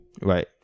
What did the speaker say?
Right